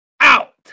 out